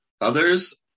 Others